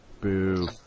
Boo